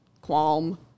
qualm